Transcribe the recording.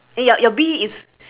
not going through fresh fruit